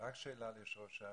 שאלה ליושב ראש הסוכנות.